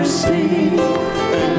see